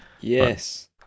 yes